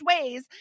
ways